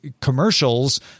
commercials